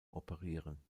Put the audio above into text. operieren